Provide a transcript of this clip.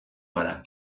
gara